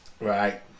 Right